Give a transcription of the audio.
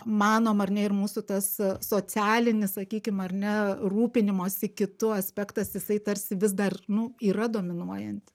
manom ar ne ir mūsų tas socialinis sakykim ar ne rūpinimosi kitu aspektas jisai tarsi vis dar nu yra dominuojanti